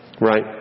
Right